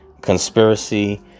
conspiracy